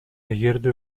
эгерде